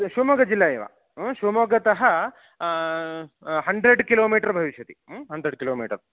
शुमोग्गजिल्ला एव शुमोग्गतः hundred kilometre भविष्यति हण्ड्रेड् किलोमीटर्